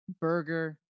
burger